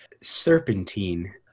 Serpentine